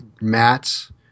mats